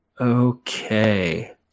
Okay